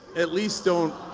at least don't.